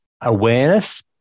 awareness